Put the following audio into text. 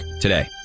today